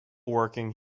working